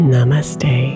Namaste